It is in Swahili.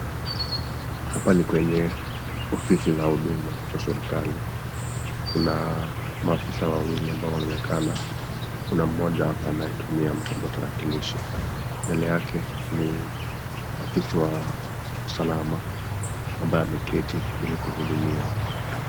Hapa ni kwenye ofisi la huduma za serikali. Kuna maafisa wawili ambao wanaonekana. Kuna mmoja hapa anayetumia mtambo wa tarakilishi, mbele yake ni afisi wa usalama ambaye ameketi ili kuhudumiwa.